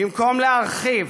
במקום להרחיב